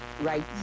right